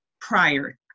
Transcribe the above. prior